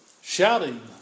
shouting